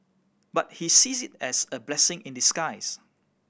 but he sees it as a blessing in disguise